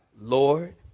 Lord